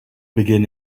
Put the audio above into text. begin